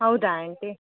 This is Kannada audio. ಹೌದಾ ಆಂಟಿ